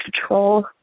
control